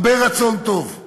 הרבה רצון טוב,